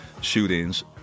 shootings